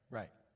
right